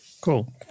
Cool